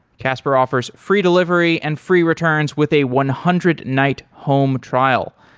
casper offers free delivery and free returns with a one hundred night home trial.